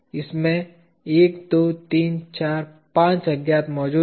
इसमें 1 2 3 4 5 अज्ञात मौजूद हैं